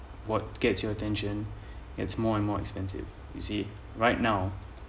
what get your attention it's more and more expensive you see right now